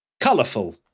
colourful